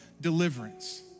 deliverance